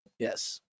Yes